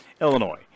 Illinois